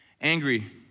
Angry